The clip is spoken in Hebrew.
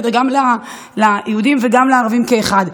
גם ליהודים וגם לערבים כאחד.